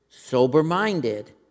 sober-minded